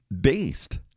based